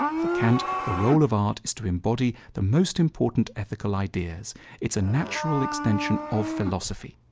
for kant, the role of art is to embody the most important ethical ideas it's a natural extension of philosophy.